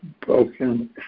broken